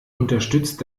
unterstützt